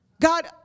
God